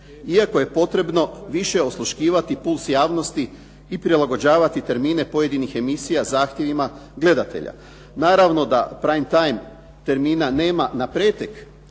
iako je potrebno više osluškivati puls javnosti i prilagođavati termine pojedinih emisija zahtjevima gledatelja. Naravno da prime time termina nema na pretek,